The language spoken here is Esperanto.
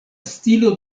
stilo